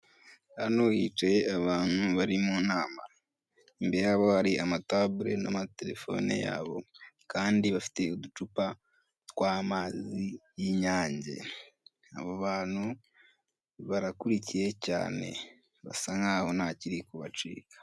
Hano hicaye abantu bari munama imbere yabo hari amatabure nama telefone yabo kandi bafite uducupa twamazi yinyange, abo bantu barakurikiye cyane basa naho ntakiri kubacika.